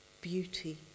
beauty